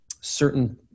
certain